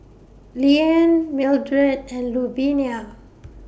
Leeann Mildred and Louvenia